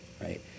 right